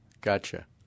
Gotcha